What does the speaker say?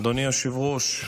אדוני היושב-ראש,